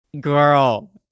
girl